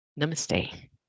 Namaste